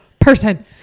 person